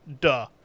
Duh